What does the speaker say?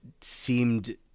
seemed